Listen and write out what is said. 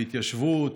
בהתיישבות,